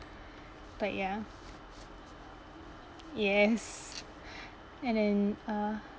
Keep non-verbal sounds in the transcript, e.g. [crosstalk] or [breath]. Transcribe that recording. but ya yes [breath] and then uh